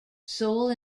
soul